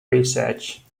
research